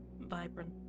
vibrant